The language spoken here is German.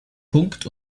punkt